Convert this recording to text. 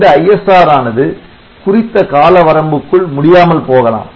இந்த ISR ஆனது குறித்த கால வரம்புக்குள் முடியாமல் போகலாம்